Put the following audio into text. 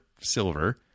silver